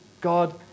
God